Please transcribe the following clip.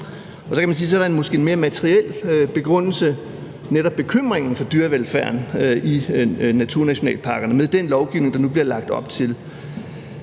Og så kan man sige, at der måske er en mere materiel begrundelse, nemlig bekymringen for dyrevelfærden i naturnationalparkerne med den lovgivning, der nu bliver lagt op til.